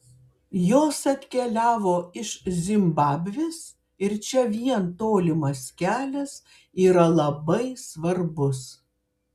jos atkeliavo iš zimbabvės ir čia vien tolimas kelias yra labai svarbus